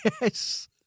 Yes